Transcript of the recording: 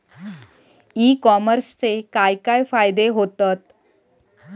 E कॉमर्सचे काय काय फायदे होतत?